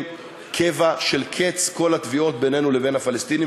קבע של קץ כל התביעות בינינו לבין הפלסטינים,